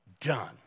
done